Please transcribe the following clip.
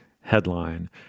headline